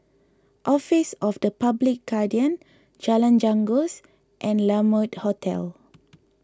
Office of the Public Guardian Jalan Janggus and La Mode Hotel